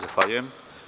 Zahvaljujem.